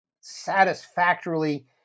satisfactorily